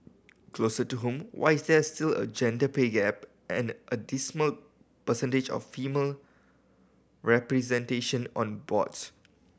closer to home why is there still a gender pay gap and a dismal percentage of female representation on boards